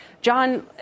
John